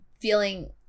feeling